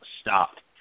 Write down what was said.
stopped